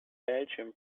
belgium